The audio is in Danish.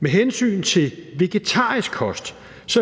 Med hensyn til vegetarisk kost